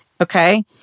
okay